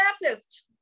Baptist